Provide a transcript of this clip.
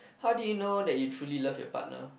how do you know that you truly love your partner